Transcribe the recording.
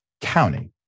County